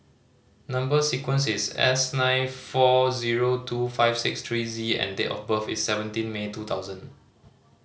number sequence is S nine four zero two five six three Z and date of birth is seventeen May two thousand